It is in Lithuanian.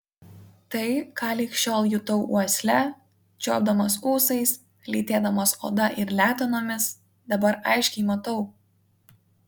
tai ką lig šiol jutau uosle čiuopdamas ūsais lytėdamas oda ir letenomis dabar aiškiai matau